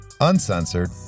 uncensored